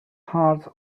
heart